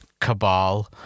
cabal